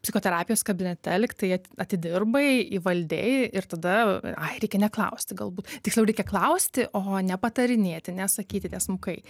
psichoterapijos kabinete lygtai atidirbai įvaldei ir tada ai reikia neklausti galbūt tiksliau reikia klausti o ne patarinėti nesakyti tiesmukai